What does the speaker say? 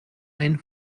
ein